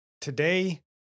today